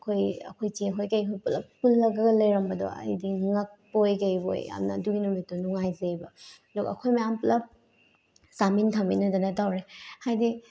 ꯑꯩꯈꯣꯏ ꯑꯩꯈꯣꯏ ꯆꯦ ꯍꯣꯏ ꯀꯩꯍꯣꯏ ꯄꯨꯂꯞ ꯄꯨꯜꯂꯒꯒ ꯂꯩꯔꯝꯕꯗꯣ ꯍꯥꯏꯗꯤ ꯉꯛꯄꯣꯏ ꯀꯩꯕꯣꯏ ꯌꯥꯝꯅ ꯑꯗꯨꯒꯤ ꯅꯨꯃꯤꯠꯇꯣ ꯅꯨꯡꯉꯥꯏꯖꯩꯑꯕ ꯑꯗꯨꯒ ꯑꯩꯈꯣꯏ ꯃꯌꯥꯝ ꯄꯨꯂꯞ ꯆꯥꯃꯤꯟ ꯊꯛꯃꯤꯟꯅꯗꯅ ꯇꯧꯔꯦ ꯍꯥꯏꯗꯤ